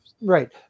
Right